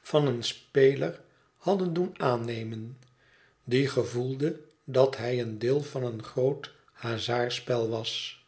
van een speler hadden doen aannemen die gevoelde dat hij een deel van een groot hazardspel was